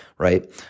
right